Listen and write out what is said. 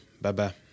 Bye-bye